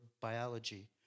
biology